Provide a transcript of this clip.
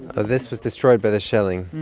ah this was destroyed by the shelling